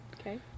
Okay